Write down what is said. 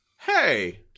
Hey